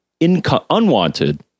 unwanted